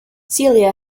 celia